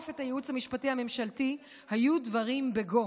את הייעוץ המשפטי הממשלתי היו דברים בגו,